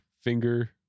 finger